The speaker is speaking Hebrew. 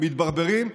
מתברברים,